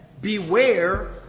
beware